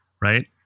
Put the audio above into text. right